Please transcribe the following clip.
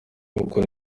gukora